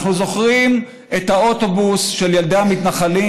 אנחנו זוכרים את האוטובוס של ילדי המתנחלים